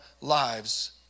lives